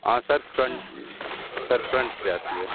हाँ sir front front से आती है